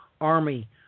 army